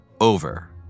over